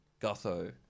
Gutho